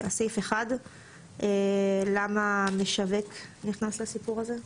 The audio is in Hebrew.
סעיף 1. למה משווק נכנס לסיפור הזה?